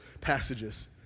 passages